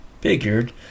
figured